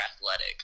athletic